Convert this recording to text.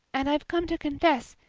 and i've come to confess,